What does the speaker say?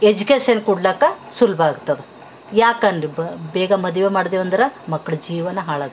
education ಕೊಡ್ಲಿಕ್ಕ ಸುಲಭ ಆಗ್ತದ ಯಾಕಂದ್ರೆ ಬೇಗ ಮದುವೆ ಮಾಡ್ದೇವು ಅಂದ್ರೆ ಮಕ್ಳ ಜೀವನ ಹಾಳಾಗ್ತದ